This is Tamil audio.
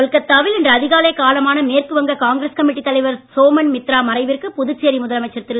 கொல்கொத்தா வில் இன்று அதிகாலை காலமான மேற்குவங்க காங்கிரஸ் கமிட்டி தலைவர் சோமன் மித்ரா மறைவிற்கு புதுச்சேரி முதலமைச்சர் திரு